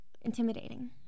intimidating